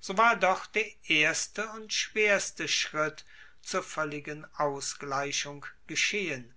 so war doch der erste und schwerste schritt zur voelligen ausgleichung geschehen